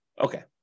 Okay